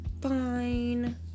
fine